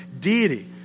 deity